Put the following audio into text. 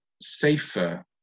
safer